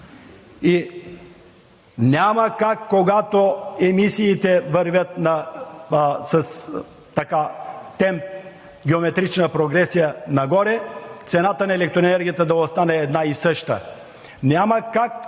Няма как, когато емисиите вървят с темп геометрична прогресия нагоре, цената на електроенергията да остане една и съща.